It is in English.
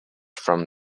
from